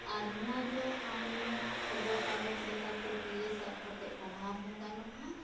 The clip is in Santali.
ᱟᱨ ᱱᱚᱣᱟ ᱫᱚ ᱟᱢ ᱠᱷᱚᱵᱚᱨ ᱠᱟᱜᱚᱡ ᱞᱮᱠᱟᱛᱮ ᱛᱤ ᱨᱮ ᱥᱟᱵ ᱠᱟᱛᱮᱫ ᱯᱟᱲᱦᱟᱣ ᱦᱚᱸ ᱜᱟᱱᱚᱜᱼᱟ